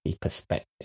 perspective